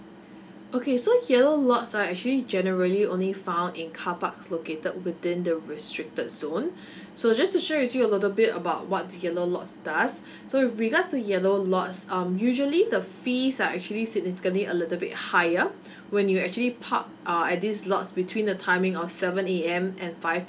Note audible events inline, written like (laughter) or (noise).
okay so here what's are actually generally only found in carparks located within the restricted zone (breath) so just to share with you a little bit about what the yellow lots does (breath) so with regards to yellow lots um usually the fees are actually significantly a little bit higher when you actually park uh at this lots between the timing of seven A_M and five